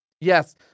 yes